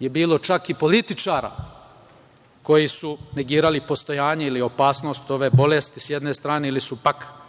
je bilo čak i političara koji su negirali postojanje ili opasnost ove bolesti, s jedne strane, ili su pak iznosili